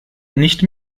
nicht